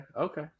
okay